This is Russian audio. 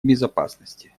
безопасности